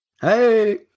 Hey